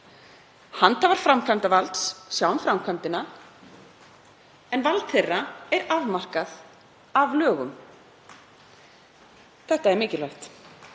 Handhafar framkvæmdarvalds sjá um framkvæmdina en vald þeirra er afmarkað af lögum. Þetta er mikilvægt.